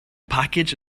package